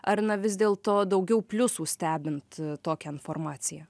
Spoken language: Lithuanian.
ar na vis dėlto daugiau pliusų stebint tokią informaciją